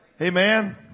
amen